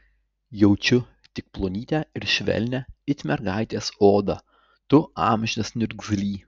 jaučiu tik plonytę ir švelnią it mergaitės odą tu amžinas niurgzly